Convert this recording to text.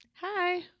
Hi